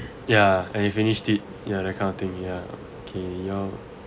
ya and you finished it ya that kind of thing ya okay your